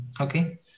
okay